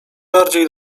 bardziej